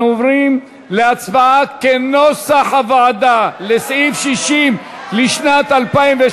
אנחנו עוברים להצבעה על סעיף 60 לשנת 2016